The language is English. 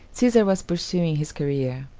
caesar was pursuing his career,